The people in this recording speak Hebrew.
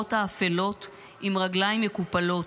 במנהרות האפלות עם הרגליים מקופלות"